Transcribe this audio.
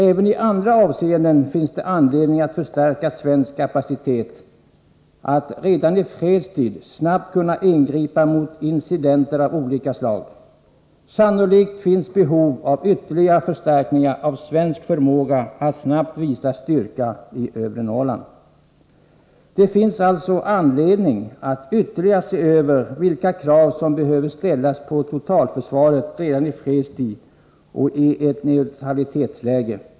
Även i andra avseenden finns det anledning att förstärka svensk kapacitet att redan i fredstid snabbt ingripa mot incidenter av olika slag. Sannolikt finns behov av ytterligare förstärkningar i övre Norrland när det gäller svensk förmåga att snabbt visa styrka. Det finns alltså anledning att ytterligare se över vilka krav som behöver ställas på totalförsvaret redan i fredstid och i ett neutralitetsläge.